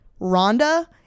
Rhonda